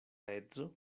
edzo